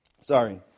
sorry